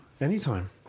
anytime